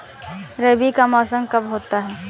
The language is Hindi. रबी का मौसम कब होता हैं?